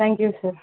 thank you sir